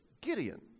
Gideon